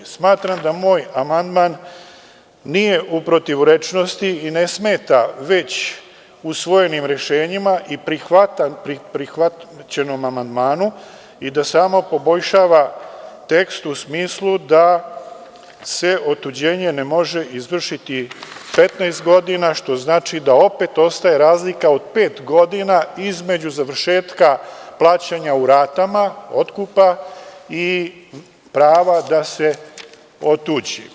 Smatram da moj amandman nije u protivrečnosti i ne smeta već usvojenim rešenjima i prihvaćenom amandmanu i da samo poboljšava tekst u smislu da se otuđenje ne može izvršiti 15 godina, što znači da opet ostaje razlika od pet godina između završetka plaćanja u ratama otkupa i prava da se otuđi.